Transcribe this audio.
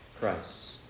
Christ